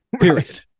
period